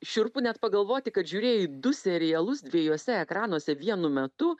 šiurpu net pagalvoti kad žiūrėjai du serialus dviejuose ekranuose vienu metu